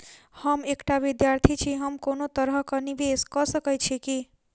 हम एकटा विधार्थी छी, हम कोनो तरह कऽ निवेश कऽ सकय छी की?